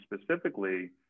specifically